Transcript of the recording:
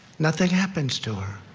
nothing happens to her.